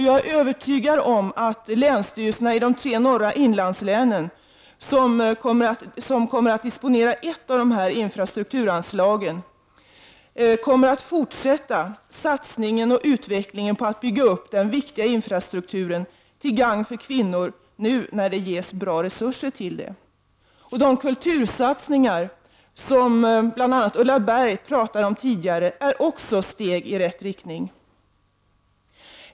Jag är övertygad om att länsstyrelserna i de tre norra inlandslänen, vilka kommer att disponera ett av dessa infrastrukturanslag, kommer att fortsätta satsningen på att utveckla och bygga upp den viktiga infrastrukturen till gagn för kvinnor, när det nu ges bra resurser till det. De kultursatsningar som bl.a. Ulla Berg tidigare talade om är också ett steg i rätt riktning.